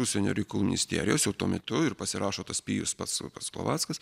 užsienio reikalų ministerijos jau tuo metu ir pasirašo tas pijus pats pats glovackas